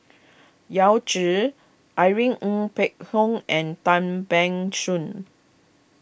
Yao Zi Irene Ng Phek Hoong and Tan Ban Soon